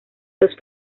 los